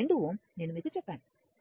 2 Ω నేను మీకు చెప్పాను